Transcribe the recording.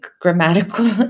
grammatical